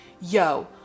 yo